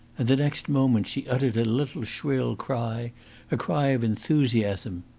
and the next moment she uttered a little shrill cry a cry of enthusiasm.